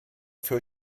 für